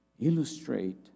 Illustrate